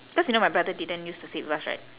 cause you know my brother didn't use to stay with us right